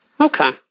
Okay